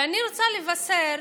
ואני רוצה לבשר